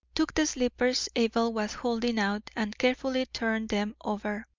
took the slippers abel was holding out and carefully turned them over.